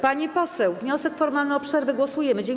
Pani poseł... ...wniosek formalny o przerwę, głosujemy nad nim.